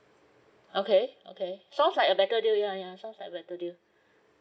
okay okay sounds like a better deal ya ya sounds like a better deal